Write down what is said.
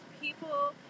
people